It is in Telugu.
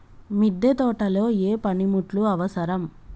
మిద్దె తోటలో ఏ పనిముట్లు అవసరం?